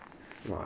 mark